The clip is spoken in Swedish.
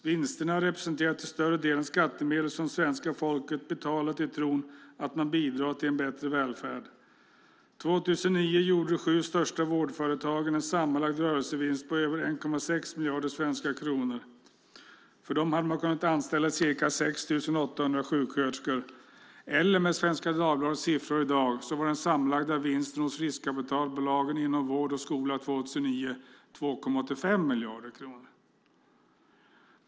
Vinsterna representerar till större delen skattemedel som svenska folket betalat i tron att man bidrar till en bättre välfärd. År 2009 gjorde de sju största vårdföretagen en sammanlagd rörelsevinst på över 1,6 miljarder svenska kronor. För dem hade man kunnat anställa ca 6 800 sjuksköterskor. Och Svenska Dagbladets siffror i dag visar att den sammanlagda vinsten hos riskkapitalbolagen inom vård och skola var 2,85 miljarder kronor år 2009.